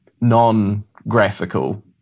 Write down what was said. non-graphical